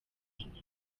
kina